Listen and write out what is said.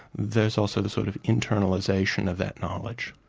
there's also the sort of internalisation of that knowledge.